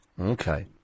Okay